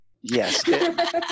Yes